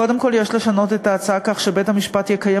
קודם כול יש לשנות את ההצעה כך שבית-המשפט יקיים